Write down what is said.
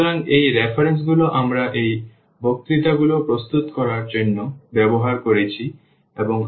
সুতরাং এই রেফারেন্সগুলো আমরা এই বক্তৃতা গুলো প্রস্তুত করতে ব্যবহার করেছি এবং